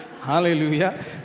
Hallelujah